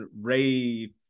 Ray